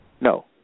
No